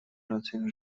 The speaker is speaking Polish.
rację